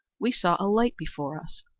we saw a light before us.